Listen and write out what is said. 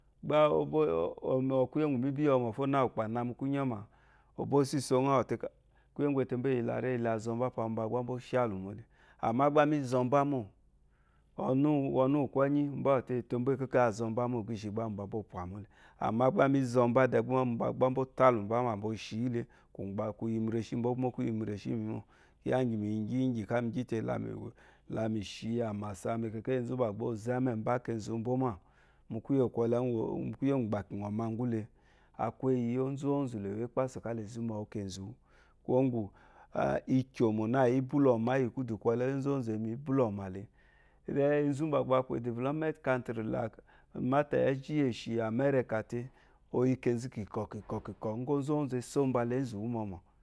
Úgbá òbwó ɔnò kuyè gu mbe tɔ mo fõɔ́wu ùkpó ánà ni kuńyo mã ɔbó si só ghá ɔzò tátó kyé ùgwẽ tebó éyelá reyi gbá mbá ushá alúlè ámà mgbá mizó mbá mó ɔnù wùkɔyé gbá úmbá ɔkókò ópwá mole amán gbámi zò mbá dẽ gbá dẽ gbá úkú glúgbá má gbóshi yélè kúyè miráshi bwó mó kuyi mí reshimi mo kyá gimi yi gyi kálámìgyi té lámishi àmasà màkéká mbá bwó kú ɔzó àmásá mákéká mbá bwó kú ɔzú ámèmbia ke kù bwò mò mú kùyé kólé úgú bwokoki yɔmàgúlé ákú íyò zázú lé wá kpásu kálà zúmìwú kézú kúgú ikyòmó náíbúlómá iyi kúdú kólé íyì zózú ìyè mbúló málé pwã ízúmbá bwó kó úkú developed country lé máté ézhì yì shì “america” té óyí kézú kíkoɔ́